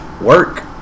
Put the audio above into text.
work